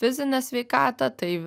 fizinę sveikatą tai